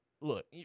Look